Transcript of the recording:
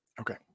Okay